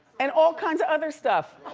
and all kinds of other stuff.